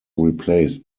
replaced